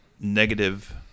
negative